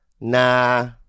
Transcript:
nah